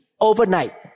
overnight